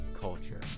culture